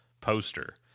poster